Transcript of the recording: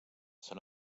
són